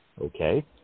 Okay